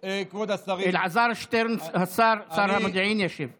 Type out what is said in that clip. אלעזר שטרן, שר המודיעין, ישיב.